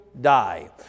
die